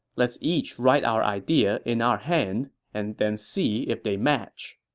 let's each write our idea in our hand and then see if they match.